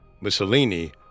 Mussolini